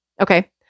Okay